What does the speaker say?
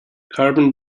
carbon